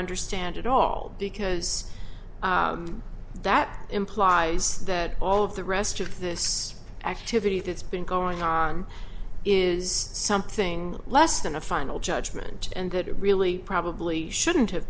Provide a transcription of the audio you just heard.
understand at all because that implies that all of the rest of this activity that's been going on is something less than a final judgment and that it really probably shouldn't have